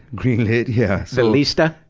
greenlit, yes. ballista